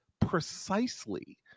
precisely